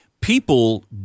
people